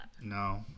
no